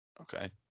Okay